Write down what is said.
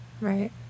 right